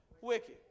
Wicked